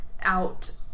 out